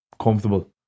comfortable